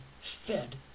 fed